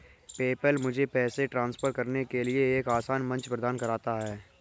PayPal मुझे पैसे transfer करने के लिए एक आसान मंच प्रदान करता है